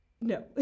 no